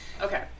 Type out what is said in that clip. okay